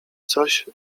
coś